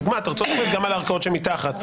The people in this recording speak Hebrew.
דוגמת ארצות-הברית, גם על הערכאות שמתחת.